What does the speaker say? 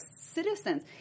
citizens